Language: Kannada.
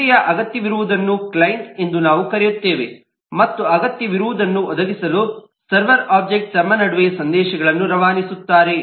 ಸೇವೆಯ ಅಗತ್ಯವಿರುವುದನ್ನು ಕ್ಲೈಂಟ್ ಎಂದು ನಾವು ಕರೆಯುತ್ತೇವೆ ಮತ್ತು ಅಗತ್ಯವಿರುವದನ್ನು ಒದಗಿಸಲು ಸರ್ವರ್ ಒಬ್ಜೆಕ್ಟ್ ತಮ್ಮ ನಡುವೆ ಸಂದೇಶಗಳನ್ನು ರವಾನಿಸುತ್ತಾರೆ